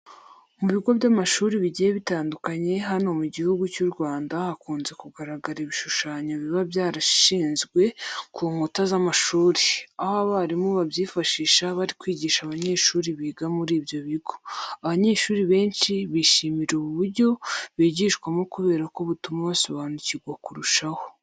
Mu bigo by'amashuri bigiye bitandukanye hano mu gihugu cy'u Rwanda hakunze kugaragara ibishushanyo biba byarashyizwe ku nkuta z'amashuri, aho abarimu babyifashisha bari kwigisha abanyeshuri biga muri ibyo bigo. Abanyeshuri benshi bishimira ubu buryo bigishwamo kubera ko butuma basobanukirwa kurushaho.